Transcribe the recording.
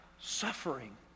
suffering